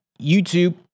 YouTube